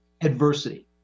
adversity